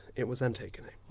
it was antigone. ah.